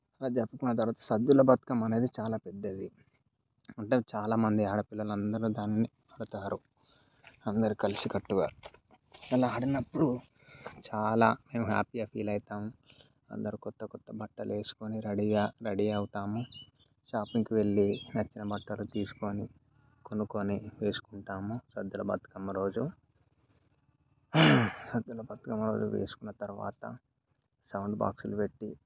సద్దుల బతుకమ్మనేది చాలా పెద్దది అంటే చాలామంది ఆడపిల్లలమదారు దాన్ని కడతారు అందరూ కలిసికట్టుగా అలా ఆడినప్పుడు చాలా హ్యాపీగా ఫీల్ అవుతాము అందరు కొత్త కొత్త బట్టలు ఏసుకొని రడీగా రడీ అవుతాము షాపింగ్కి వెళ్ళి నచ్చిన బట్టలు తీసుకొని కొనుక్కొని వేసుకుంటాము సద్దుల బతుకమ్మ రోజు సద్దుల బతుకమ్మ రోజు వేసుకున్న తర్వాత సౌండ్ బాక్సులు పెట్టి